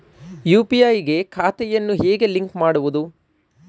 UPI ಗೆ ಖಾತೆಯನ್ನು ಹೇಗೆ ಲಿಂಕ್ ಮಾಡುವುದು?